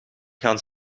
gaan